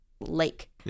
lake